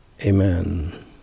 amen